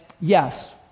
yes